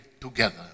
together